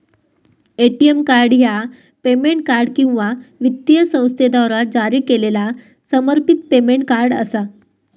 ATM card ह्या payment card किंवा वित्तीय संस्थेद्वारा जारी केलेला समर्पित पेमेंट कार्ड असा